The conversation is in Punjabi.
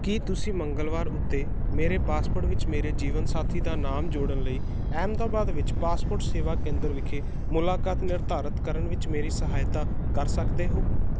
ਕੀ ਤੁਸੀਂ ਮੰਗਲਵਾਰ ਉੱਤੇ ਮੇਰੇ ਪਾਸਪੋਰਟ ਵਿੱਚ ਮੇਰੇ ਜੀਵਨ ਸਾਥੀ ਦਾ ਨਾਮ ਜੋੜਨ ਲਈ ਅਹਿਮਦਾਬਾਦ ਵਿੱਚ ਪਾਸਪੋਰਟ ਸੇਵਾ ਕੇਂਦਰ ਵਿਖੇ ਮੁਲਾਕਾਤ ਨਿਰਧਾਰਤ ਕਰਨ ਵਿੱਚ ਮੇਰੀ ਸਹਾਇਤਾ ਕਰ ਸਕਦੇ ਹੋ